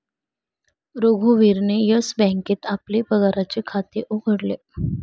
रघुवीरने येस बँकेत आपले पगाराचे खाते उघडले